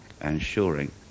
ensuring